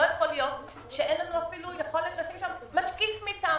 ייתכן שאין לנו יכולת לשים שם משקיף מטעמנו.